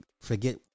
forget